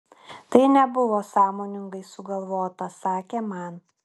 tai nebuvo sąmoningai sugalvota sakė man